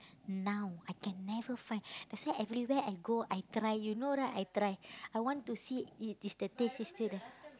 now I can never find that's why everywhere I go I try you know right I try I want to see E~ is the taste is still the